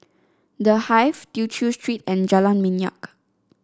The Hive Tew Chew Street and Jalan Minyak